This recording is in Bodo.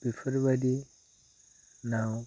बेफोरबायदि नाव